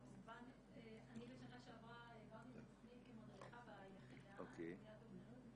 אני בשנה שעברה העברתי את התוכנית כמדריכה ביחידה למניעת אובדנות.